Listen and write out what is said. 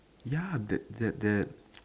ya that that that